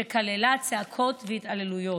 שכללה צעקות והתעללויות.